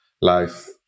life